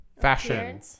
Fashion